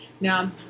Now